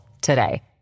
today